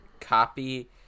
copy